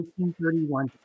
1831